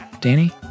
Danny